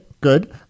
good